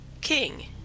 king